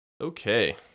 Okay